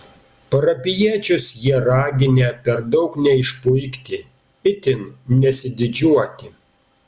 parapijiečius jie raginę per daug neišpuikti itin nesididžiuoti